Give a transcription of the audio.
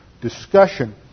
discussion